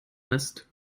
hast